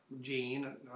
Gene